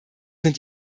sind